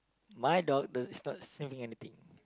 my dog does not sniffing anything